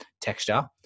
texture